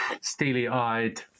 steely-eyed